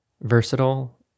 versatile